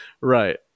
right